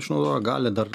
išnaudot gali dar